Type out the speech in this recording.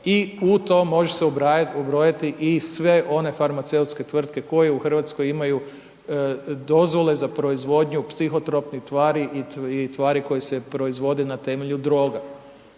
i u to može se ubrajati, ubrojiti i sve one farmaceutske tvrtke koje u Hrvatskoj imaju dozvole za proizvodnju psihotropnih tvari i tvari koje se proizvode na temelju droga.